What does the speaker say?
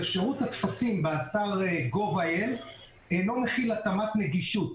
שירות הטפסים באתר gov.il אינו מכיל התאמת נגישות.